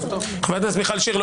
חברת הכנסת מיכל שיר.